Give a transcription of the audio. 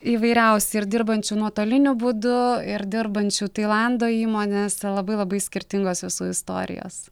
įvairiausių ir dirbančių nuotoliniu būdu ir dirbančių tailando įmonėse labai labai skirtingos visų istorijos